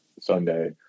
Sunday